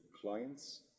clients